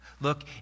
Look